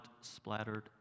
splattered